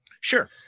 Sure